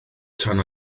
tan